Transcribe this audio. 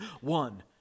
One